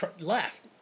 laugh